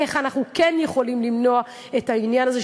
איך אנחנו כן יכולים למנוע את העניין הזה,